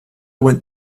went